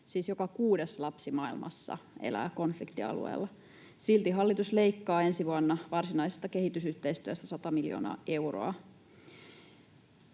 joka kuudes lapsi maailmassa elää konfliktialueella. Silti hallitus leikkaa ensi vuonna varsinaisesta kehitysyhteistyöstä sata miljoonaa euroa.